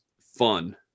fun